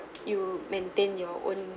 you maintain your own